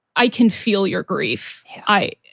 i can feel your grief. i,